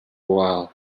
while